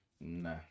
Nah